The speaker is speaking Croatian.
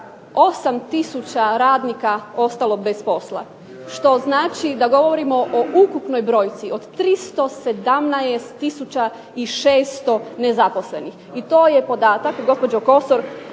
80000 radnika ostalo bez posla što znači da govorimo o ukupnoj brojci od 317600 nezaposlenih. I to je podatak, gospođo Kosor,